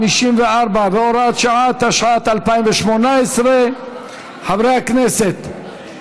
54 והוראת שעה), התשע"ט 2018. חברי הכנסת,